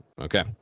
Okay